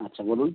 আচ্ছা বলুন